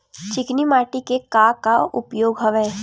चिकनी माटी के का का उपयोग हवय?